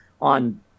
on